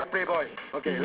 mm